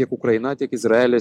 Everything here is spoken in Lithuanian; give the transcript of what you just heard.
tiek ukraina tiek izraelis